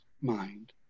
mind